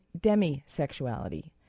demisexuality